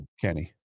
Kenny